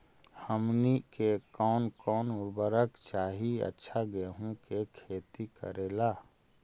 हमनी के कौन कौन उर्वरक चाही अच्छा गेंहू के खेती करेला?